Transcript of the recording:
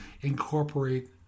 Incorporate